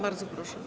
Bardzo proszę.